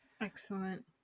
Excellent